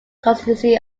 constituency